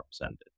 represented